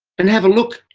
and have a look.